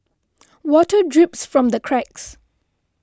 water drips from the cracks